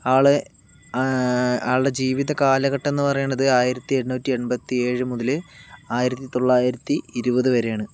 ആള് ആളുടെ ജീവിത കാലഘട്ടം എന്നു പറയണത് ആയിരത്തി എണ്ണൂറ്റി എൺപത്തി ഏഴു മുതല് ആയിരത്തി തൊള്ളായിരത്തി ഇരുപത് വരെയാണ്